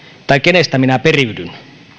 tai kenestä minä periydyn